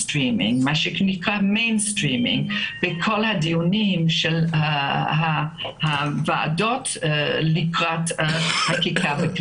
מרכזי בכל הדיונים של הוועדות לקראת חקיקה.